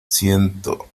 siento